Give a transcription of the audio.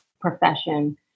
profession